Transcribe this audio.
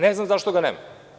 Ne znam zašto ga nema.